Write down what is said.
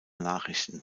nachrichten